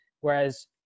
Whereas